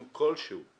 לא